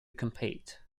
compete